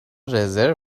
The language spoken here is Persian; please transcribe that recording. رزرو